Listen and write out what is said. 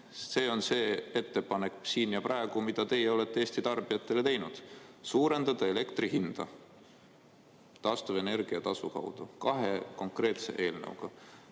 See on see ettepanek siin ja praegu, mida teie olete Eesti tarbijatele teinud: suurendada elektri hinda taastuvenergia tasu kaudu, kahe konkreetse eelnõuga.